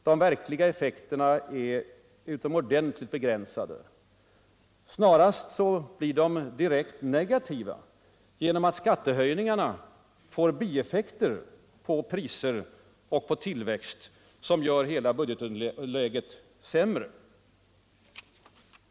De verkliga effekterna är utomordentligt begränsade. Snarast blir de direkt negativa genom att skattehöjningarna får bieffekter på priser och tillväxt, vilket gör hela budgetläget sämre.